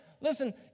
Listen